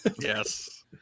yes